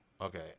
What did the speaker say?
Okay